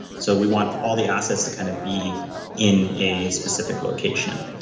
so we want all the assets to kind of be in a specific location,